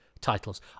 titles